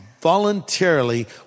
voluntarily